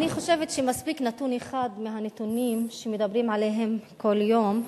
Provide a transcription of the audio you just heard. אני חושבת שמספיק נתון אחד מהנתונים שמדברים עליהם כל יום,